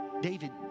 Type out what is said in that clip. David